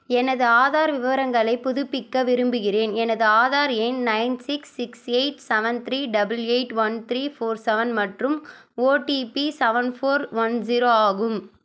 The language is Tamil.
எனது ஆதார் விவரங்களை புதுப்பிக்க விரும்புகிறேன் எனது ஆதார் எண் nine six six eight seven three double eight one three four seven மற்றும் OTP seven four one zero ஆகும்